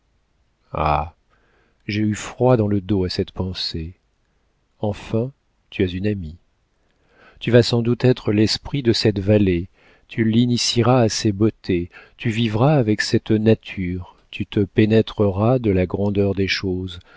j'ai eu froid dans le dos à cette pensée enfin tu as une amie tu vas sans doute être l'esprit de cette vallée tu t'initieras à ses beautés tu vivras avec cette nature tu te pénétreras de la grandeur des choses